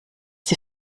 sie